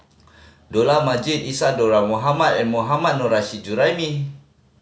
Dollah Majid Isadhora Mohamed and Mohammad Nurrasyid Juraimi